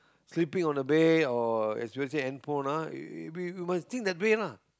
sleeping on the bed or especially hand phone uh i~ you you must think that way lah